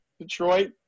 Detroit